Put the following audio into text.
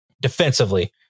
Defensively